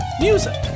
Music